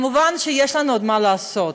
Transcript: מובן שיש לנו עוד מה לעשות.